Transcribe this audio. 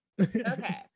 Okay